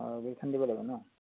অঁ বিলখন দিব লাগে ন